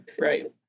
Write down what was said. Right